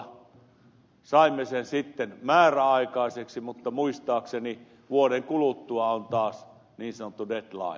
saimme sen sitten määräaikaiseksi mutta muistaakseni vuoden kuluttua on taas niin sanottu deadline